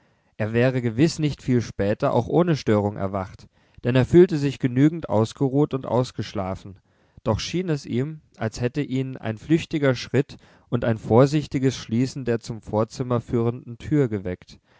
er wäre gewiß nicht viel später auch ohne störung erwacht denn er fühlte sich genügend ausgeruht und ausgeschlafen doch schien es ihm als hätte ihn ein flüchtiger schritt und ein vorsichtiges schließen der zum vorzimmer führenden tür geweckt